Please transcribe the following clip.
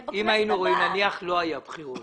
הממשלה הבאה